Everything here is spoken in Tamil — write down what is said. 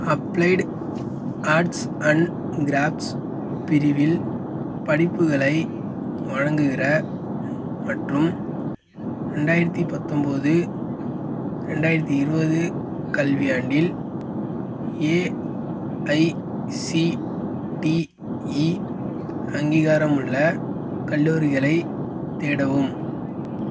அப்ளைடு ஆர்ட்ஸ் அண்ட் கிராஃப்ட்ஸ் பிரிவில் படிப்புகளை வழங்குகிற மற்றும் ரெண்டாயிரத்து பத்தொம்பது ரெண்டாயிரத்து இருபது கல்வியாண்டில் ஏஐசிடிஇ அங்கீகாரமுள்ள கல்லூரிகளைத் தேடவும்